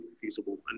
feasible